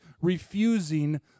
refusing